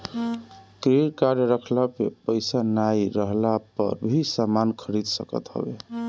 credit card रखला पे पईसा नाइ रहला पअ भी समान खरीद सकत हवअ